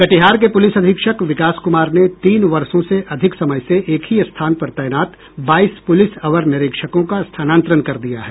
कटिहार के पुलिस अधीक्षक विकास कुमार ने तीन वर्षो से अधिक समय से एक ही स्थान पर तैनात बाईस पुलिस अवर निरीक्षकों का स्थानांतरण कर दिया है